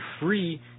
free